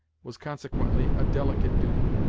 was consequently a delicate duty.